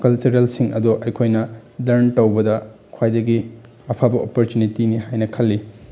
ꯀꯜꯆꯔꯦꯜꯁꯤꯡ ꯑꯗꯣ ꯑꯩꯈꯣꯏꯅ ꯂꯔꯟ ꯇꯧꯕꯗ ꯈ꯭ꯋꯥꯏꯗꯒꯤ ꯑꯐꯕ ꯑꯣꯄꯣꯔꯆꯨꯅꯤꯇꯤꯅꯤ ꯍꯥꯏꯅ ꯈꯜꯂꯤ